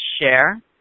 share